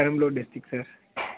Perambalur district sir